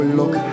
look